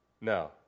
No